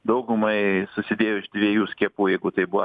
daugumai susidėjo iš dviejų skiepų jeigu tai buvo